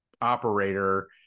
operator